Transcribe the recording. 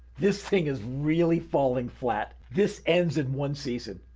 this thing is really falling flat. this ends in one season.